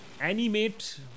Animate